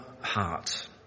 heart